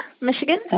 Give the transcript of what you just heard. Michigan